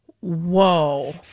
Whoa